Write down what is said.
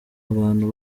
abantu